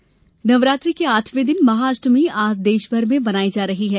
महाअष्ट्मी नवरात्रि के आठवें दिन महाअष्टमी आज देशभर में मनाई जा रही है